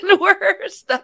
worse